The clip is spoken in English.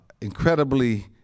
incredibly